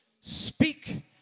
Speak